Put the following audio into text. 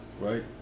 Right